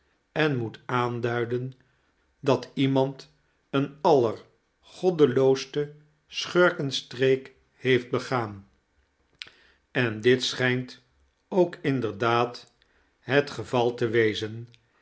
en moet aanduiden dat iemand een allergoddelooste schurkenstreek heeft begaan en dit schijnt ook inderdaad het geval te wezen